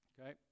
Okay